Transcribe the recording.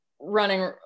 running